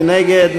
מי נגד?